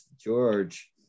George